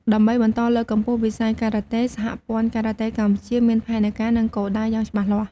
ដើម្បីបន្តលើកកម្ពស់វិស័យការ៉ាតេ សហព័ន្ធការ៉ាតេកម្ពុជាមានផែនការ និងគោលដៅយ៉ាងច្បាស់លាស់៖